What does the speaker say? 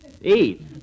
Eat